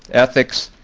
ethics,